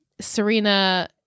Serena